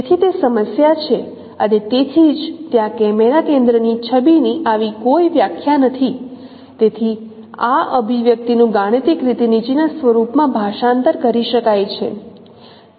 તેથી તે સમસ્યા છે અને તેથી જ ત્યાં કેમેરા કેન્દ્રની છબીની આવી કોઈ વ્યાખ્યા નથી તેથી આ અભિવ્યક્તિનું ગાણિતિક રીતે નીચેના સ્વરૂપમાં ભાષાંતર કરી શકાય છે